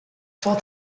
full